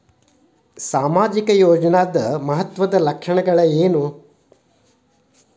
ಸಾಮಾಜಿಕ ಯೋಜನಾದ ಮಹತ್ವದ್ದ ಲಕ್ಷಣಗಳೇನು?